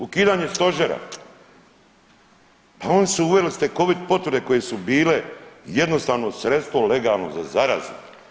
Ukidanje stožera, pa oni su uveli ste covid potvrde koje su bile jednostavno sredstvo legalno za zarazu.